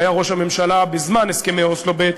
שהיה ראש הממשלה בזמן הסכמי אוסלו ב',